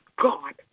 God